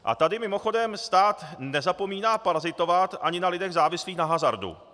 A tady mimochodem stát nezapomíná parazitovat ani na lidech závislých na hazardu.